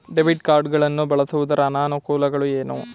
Debit card ಗಳನ್ನು ಬಳಸುವುದರ ಅನಾನುಕೂಲಗಳು ಏನು?